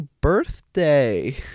birthday